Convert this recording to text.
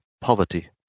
poverty